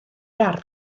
ardd